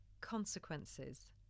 consequences